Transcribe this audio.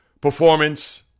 performance